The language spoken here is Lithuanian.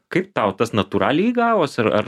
kaip tau tas natūraliai gavos ar ar